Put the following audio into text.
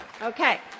Okay